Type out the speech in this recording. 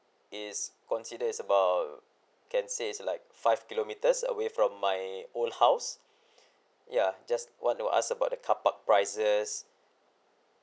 is consider is about can say is like five kilometres away from my old house ya just want to ask about the carpark prices